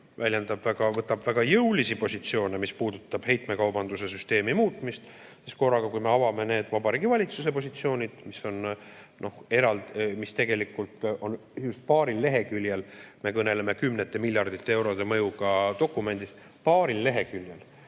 võtab väga jõulisi positsioone, mis puudutab heitmekaubanduse süsteemi muutmist, siis korraga, kui me avame need Vabariigi Valitsuse positsioonid, mis tegelikult on paaril leheküljel – me kõneleme kümnete miljardite eurode mõjuga dokumendist! –, paaril leheküljel